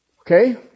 Okay